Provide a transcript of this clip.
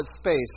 space